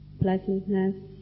Pleasantness